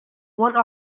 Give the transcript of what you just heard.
one